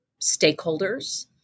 stakeholders